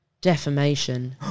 defamation